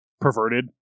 perverted